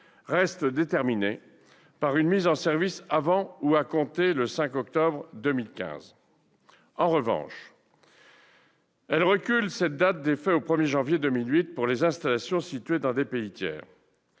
reste déterminé par une mise en service avant ou à compter du 5 octobre 2015. En revanche, elle recule cette date d'effet au 1 janvier 2008 pour les installations situées dans des pays tiers.